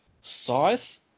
Scythe